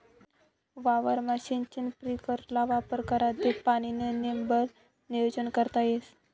वावरमा सिंचन स्प्रिंकलरना वापर करा ते पाणीनं नेमबन नियोजन करता येस